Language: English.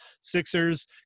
Sixers